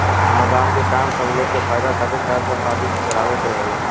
अनुदान के काम सब लोग के फायदा खातिर कार्य संपादित करावे के रहेला